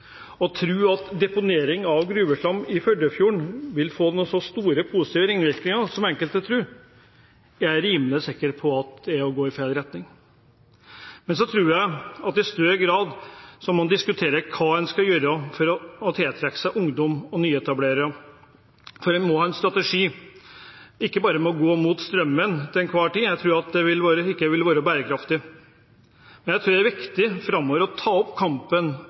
å tro at deponering av gruveslam i Førdefjorden vil få så store positive ringvirkninger som enkelte tror, er jeg rimelig sikker på at er å gå i feil retning. Men så tror jeg at en i større grad må diskutere hva en skal gjøre for å tiltrekke seg ungdom og nyetablerere. En må ha en strategi, ikke bare med å gå mot strømmen til enhver tid. Jeg tror ikke det vil være bærekraftig. Jeg tror det er viktig framover å ta opp kampen